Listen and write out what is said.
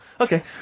Okay